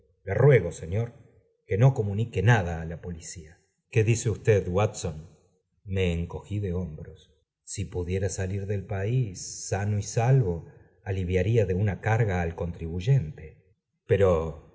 le ruego señor que no comunique nada á la policía qué dice usted watson me encogí de hombros si pudiera salir del país sano y salvo aliviaría de una carga al contribuyente pero